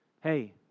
hey